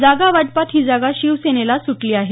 जागावाटपात ही जागा शिवसेनेला सुटली आहे